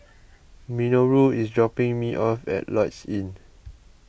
Minoru is dropping me off at Lloyds Inn